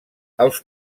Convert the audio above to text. els